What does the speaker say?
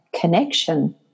connection